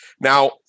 Now